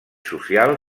social